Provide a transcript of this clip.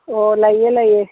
ꯑꯣ ꯂꯩꯌꯦ ꯂꯩꯌꯦ